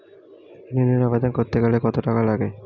ঋণের আবেদন করতে গেলে কত টাকা লাগে?